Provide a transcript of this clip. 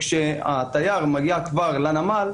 כאשר התייר מגיע לנמל,